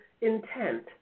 intent